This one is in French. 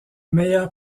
meilleures